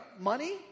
money